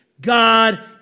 God